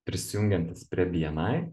prisijungiantis prie bni